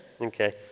Okay